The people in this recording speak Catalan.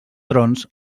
trons